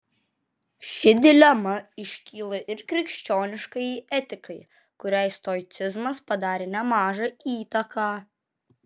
ši dilema iškyla ir krikščioniškajai etikai kuriai stoicizmas padarė nemažą įtaką